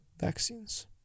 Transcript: vaccines